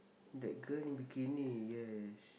that girl in bikini yes